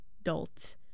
adult